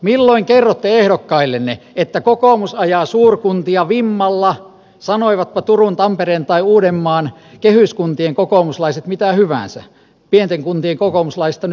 milloin kerrotte ehdokkaillenne että kokoomus ajaa suurkuntia vimmalla sanoivatpa turun tampereen tai uudenmaan kehyskuntien kokoomuslaiset mitä hyvänsä pienten kuntien kokoomuslaisista nyt puhumattakaan